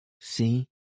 See